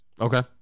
Okay